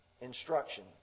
instruction